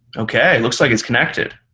okay, looks like it's connected.